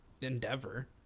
endeavor